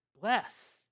bless